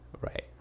Right